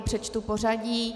Přečtu pořadí.